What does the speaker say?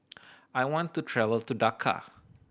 I want to travel to Dhaka